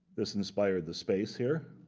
this inspired the space here.